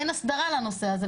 אין הסדרה לנושא הזה.